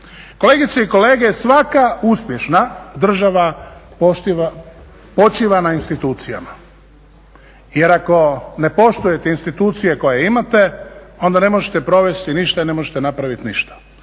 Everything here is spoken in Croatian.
Kolegice i kolege, svaka uspješna država poštiva, počiva na institucijama. Jer ako ne poštujete institucije koje imate onda ne možete provesti ništa i ne možete napraviti ništa.